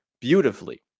beautifully